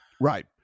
Right